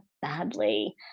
Badly